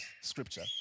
scripture